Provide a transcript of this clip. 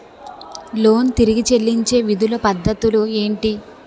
Loan తిరిగి చెల్లించే వివిధ పద్ధతులు ఏంటి?